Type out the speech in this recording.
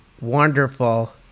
wonderful